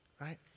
right